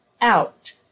out